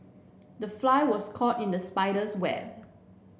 the fly was caught in the spider's web